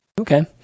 Okay